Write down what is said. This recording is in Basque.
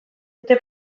dute